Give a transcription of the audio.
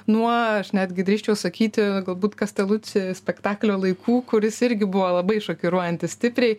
nuo aš netgi drįsčiau sakyti galbūt kasteluci spektaklio laikų kuris irgi buvo labai šokiruojantis stipriai